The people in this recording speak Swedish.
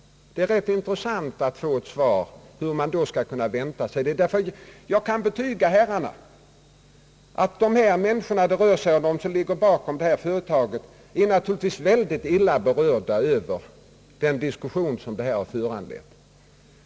Det vore rätt intressant att få ett svar. Jag kan betyga herrarna att de som står bakom detta företag är mycket illa berörda av den diskussion som detta ärende har föranlett.